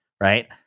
right